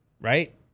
right